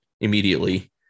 immediately